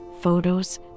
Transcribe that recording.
photos